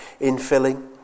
infilling